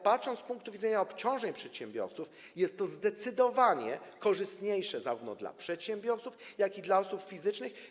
Patrząc z punktu widzenia obciążeń przedsiębiorców, jest to zdecydowanie korzystniejsze zarówno dla przedsiębiorców, jak i dla osób fizycznych.